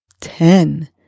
Ten